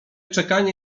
czekanie